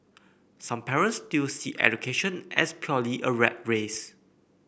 some parents still see education as purely a rat race